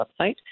website